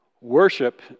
Worship